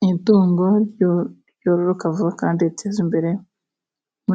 ni itungo ryo ryoroka vuba kandi riteza imbere nyiraryo.